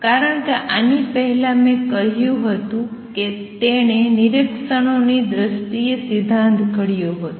કારણ કે આની પહેલા મેં કહ્યું હતું કે તેણે નિરીક્ષણોની દ્રષ્ટિએ સિદ્ધાંત ઘડ્યો હતો